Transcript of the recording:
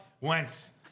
Wentz